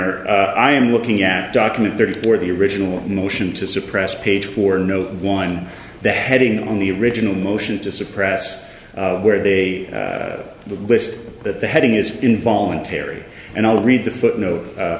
honor i am looking at document thirty four the original motion to suppress page for no one the heading on the original motion to suppress where they list that the heading is involuntary and i'll read the footnote